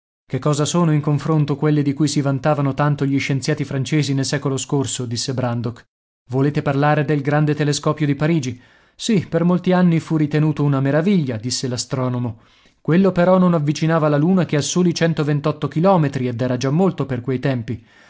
che cosa sono in confronto quelle di cui si vantavano tanto gli scienziati francesi nel secolo scorso disse brandok volete parlare del grande telescopio di parigi sì per molti anni fu ritenuto una meraviglia disse l'astronomo quello però non avvicinava la luna che a soli centoventotto chilometri ed era già molto per quei tempi